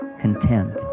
content